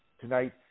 tonight